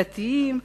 דתיים,